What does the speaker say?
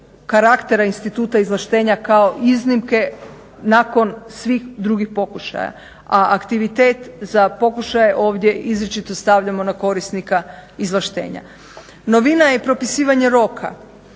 karaktera instituta izvlaštenja kao iznimke nakon svih drugih pokušaja. A aktivitet za pokušaje ovdje izričito stavljamo na korisnika izvlaštenja. Novina je i propisivanje roka